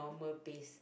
normal pace